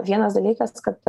vienas dalykas kad